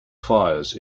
fires